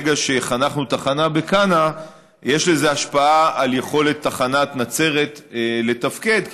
ברגע שחנכנו תחנה בכנא יש לזה השפעה על יכולת תחנת נצרת לתפקד,